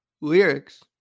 lyrics